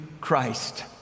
Christ